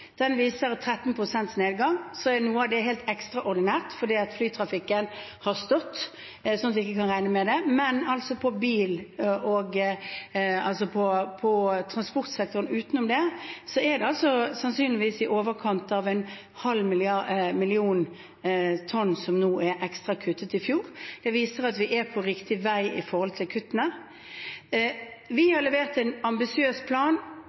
viser 13 pst. nedgang. Noe av det er helt ekstraordinært fordi flytrafikken har stått, så vi kan ikke regne med det, men for bil og transportsektoren utenom det er det altså sannsynligvis i overkant av en halv million tonn som nå er kuttet ekstra i fjor. Det viser at vi er på riktig vei med tanke på kuttene. Vi har levert en ambisiøs plan